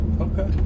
okay